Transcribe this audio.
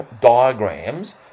diagrams